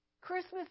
Christmas